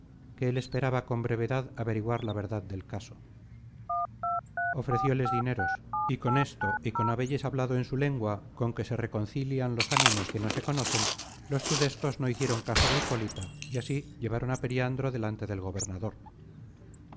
que él esperaba con brevedad averiguar la verdad del caso ofrecióles dineros y con esto y con habelles hablado en su lengua con que se reconcilian los ánimos que no se conocen los tudescos no hicieron caso de hipólita y así llevaron á periandro delante del gobernador